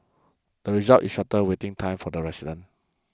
the result is shorter waiting time for the residents